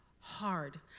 hard